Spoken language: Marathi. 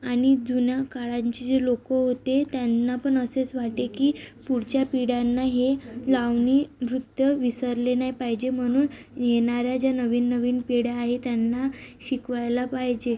आणि जुन्या काळांचे जे लोक होते त्यांना पण असेच वाटे की पुढच्या पिढ्यांनी हे लावणी नृत्य विसरले नाही पाहिजे म्हणून येणाऱ्या ज्या नवीन नवीन पिढ्या आहे त्यांना शिकवायला पाहिजे